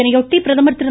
இதனையாட்டி பிரதமர் திரு